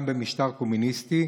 גם במשטר קומוניסטי,